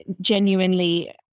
genuinely